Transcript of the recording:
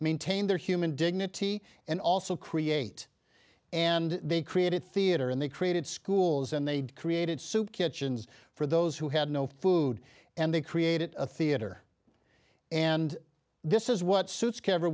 maintain their human dignity and also create and they created theater and they created schools and they created soup kitchens for those who had no food and they created a theater and this is what suits